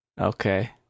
okay